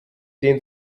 den